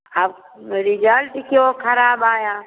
अब रिजल्ट क्यों खराब आया